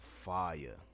fire